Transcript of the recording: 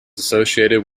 associated